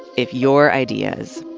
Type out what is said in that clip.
if your ideas,